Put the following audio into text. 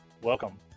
Welcome